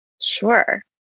Sure